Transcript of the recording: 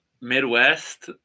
Midwest